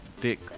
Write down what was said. dick